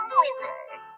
wizard